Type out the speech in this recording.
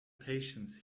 patience